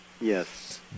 Yes